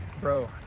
Bro